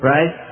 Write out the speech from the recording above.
Right